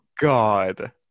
God